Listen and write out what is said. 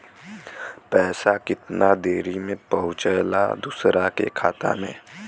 पैसा कितना देरी मे पहुंचयला दोसरा के खाता मे?